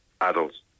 adults